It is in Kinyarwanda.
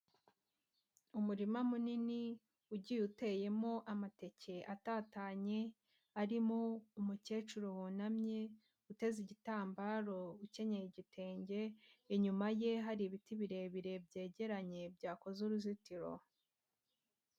Umurima munini ugiye uteyemo amateke atatanye, harimo umukecuru wunamye uteze igitambaro ukenyeye igitenge, inyuma ye hari ibiti birebire byegeranye byakoze uruzitiro.